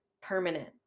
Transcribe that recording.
permanent